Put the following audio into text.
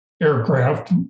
aircraft